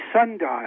sundial